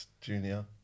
Junior